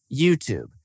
YouTube